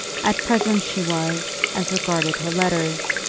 at present she was, as regarded her letters,